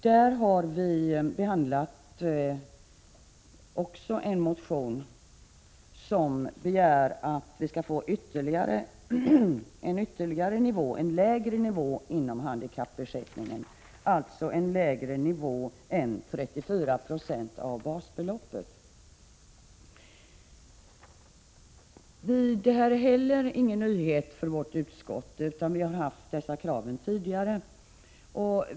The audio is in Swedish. Utskottet har också behandlat en motion som begär att vi skall få ytterligare en lägre nivå inom handikappersättningen, dvs. en nivå som är lägre än 34 96 av basbeloppet. Det är inte heller någon nyhet för vårt utskott. Vi har fått dessa krav tidigare.